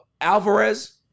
Alvarez